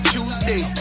Tuesday